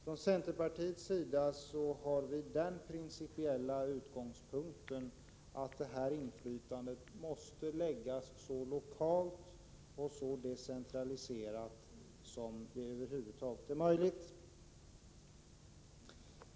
För centerpartiets sida har vi den principiella utgångspunkten att det inflytandet måste läggas så lokalt och decentraliserat som över huvud taget är möjligt.